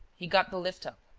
he got the lift up.